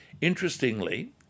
interestingly